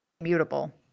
mutable